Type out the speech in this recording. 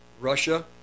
Russia